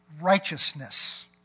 righteousness